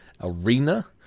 arena